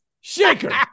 shaker